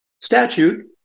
statute